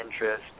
interest